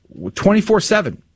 24-7